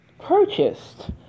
purchased